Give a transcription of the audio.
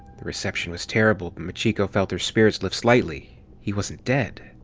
the reception was terrible, but machiko felt her spirits lift slightly he wasn't dead.